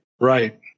Right